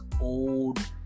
old